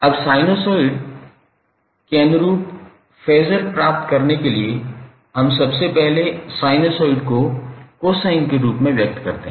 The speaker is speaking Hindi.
अब साइनसॉइड के अनुरूप फेज़र प्राप्त करने के लिए हम सबसे पहले साइनसॉइड को कोसाइन रूप में व्यक्त करते हैं